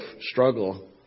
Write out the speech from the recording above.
struggle